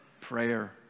prayer